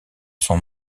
sont